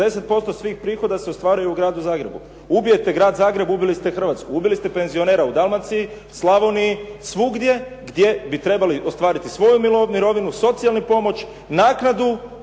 60% svih prihoda se ostvaruje u gradu Zagrebu. Ubijete grad Zagreb ubili ste Hrvatsku, ubili ste penzionera u Dalmaciji, Slavoniji, svugdje gdje bi trebali ostvariti svoju mirovinu, socijalnu pomoć, naknadu,